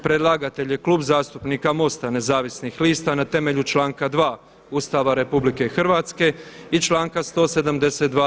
Predlagatelj je Klub zastupnika MOST-a Nezavisnih lista na temelju članka 2. Ustava RH i članka 172.